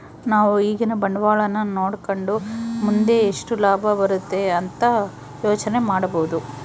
ನಾವು ಈಗಿನ ಬಂಡವಾಳನ ನೋಡಕಂಡು ಮುಂದೆ ಎಷ್ಟು ಲಾಭ ಬರುತೆ ಅಂತ ಯೋಚನೆ ಮಾಡಬೋದು